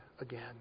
again